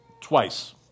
twice